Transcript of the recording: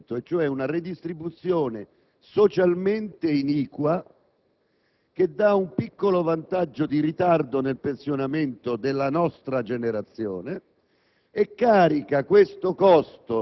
Questa è la sostanza del provvedimento, cioè una redistribuzione socialmente iniqua che dà un piccolo vantaggio di ritardo nel pensionamento della nostra generazione